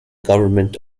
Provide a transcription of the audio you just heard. government